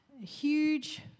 huge